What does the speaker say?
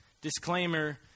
disclaimer